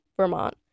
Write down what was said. Vermont